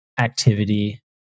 activity